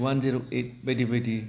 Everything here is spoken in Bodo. वान जिर' एइट बायदि बायदि